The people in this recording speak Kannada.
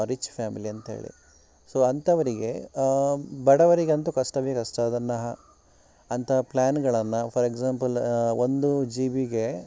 ರಿಚ್ ಫ್ಯಾಮಿಲಿ ಅಂಥೇಳಿ ಸೊ ಅಂಥವರಿಗೆ ಬಡವರಿಗಂತೂ ಕಷ್ಟವೇ ಕಷ್ಟ ಅದನ್ನು ಅಂತಹ ಪ್ಲ್ಯಾನ್ಗಳನ್ನು ಫಾರ್ ಎಕ್ಸಾಂಪಲ್ ಒಂದು ಜೀವಿಗೆ